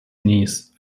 niece